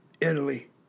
Italy